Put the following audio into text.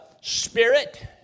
spirit